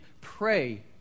pray